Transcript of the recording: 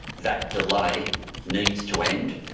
that delay needs to end,